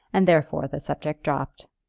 and therefore the subject dropped.